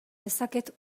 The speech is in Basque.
dezaket